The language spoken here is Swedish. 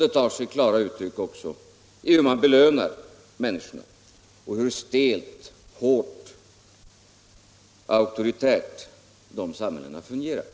Det tar sig klara uttryck också i hur man belönar människorna och hur stelt, hårt och auktoritärt de samhällena fungerar.